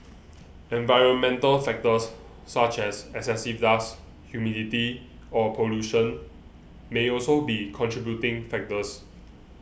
environmental factors such as excessive dust humidity or pollution may also be contributing factors